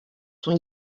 son